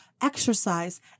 exercise